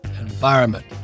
environment